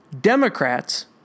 Democrats